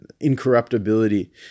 incorruptibility